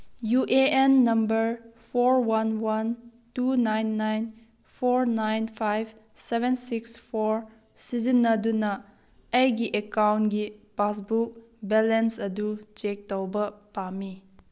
U A N number four one one two nine nine four nine five seven six four ꯁꯤꯖꯤꯟꯅꯗꯨꯅ ꯑꯩꯒꯤ ꯑꯦꯀꯥꯎꯟꯒꯤ passbook balance ꯑꯗꯨ check ꯇꯧꯕ ꯄꯥꯝꯃꯤ